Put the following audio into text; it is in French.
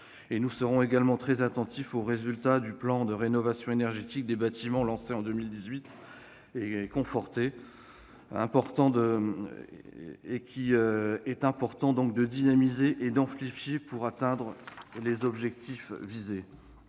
Nous serons également très attentifs aux résultats du plan de rénovation énergétique des bâtiments lancé en 2018 ; il est important de le dynamiser et de l'amplifier pour atteindre les objectifs fixés.